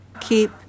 keep